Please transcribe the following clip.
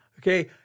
okay